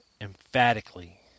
emphatically